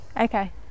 okay